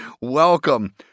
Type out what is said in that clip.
Welcome